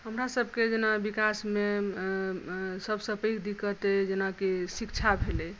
हमरा सबकेँ जेना विकासमे सबसँ पैघ दिक्कत अहि जेनाकि शिक्षा भेलै